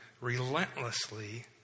relentlessly